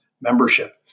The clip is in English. membership